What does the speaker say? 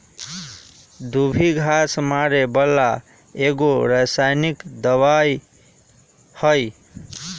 दुभी घास मारे बला एगो रसायनिक दवाइ हइ